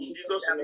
Jesus